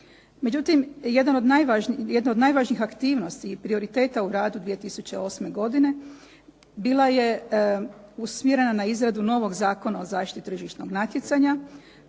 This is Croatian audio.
Međutim, jedna od najvažnijih aktivnosti i prioriteta u radu 2008. godine bila je usmjerena na izradu novog Zakona o zaštiti tržišnog natjecanja